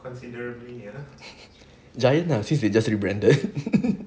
giant lah since we just with brandon